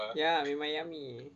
ya memang yummy